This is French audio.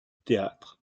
théâtres